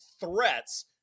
threats